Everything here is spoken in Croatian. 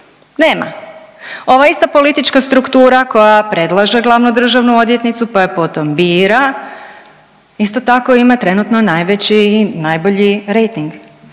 Nema. Ova ista politička struktura koja predlaže glavnu državnu odvjetnicu, pa je potom bira isto tako ima trenutno najveći i najbolji rejting